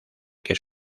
que